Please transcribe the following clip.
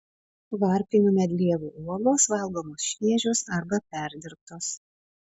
varpinių medlievų uogos valgomos šviežios arba perdirbtos